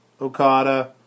Okada